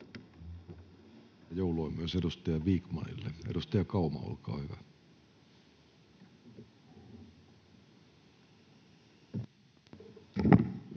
joulua myös edustaja Mäenpäälle. — Edustaja Vikman, olkaa hyvä.